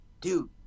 dude